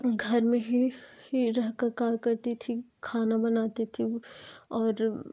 घर में ही ही रह कर काम करती थी खाना बनाती थी और